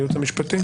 הייעוץ המשפטי?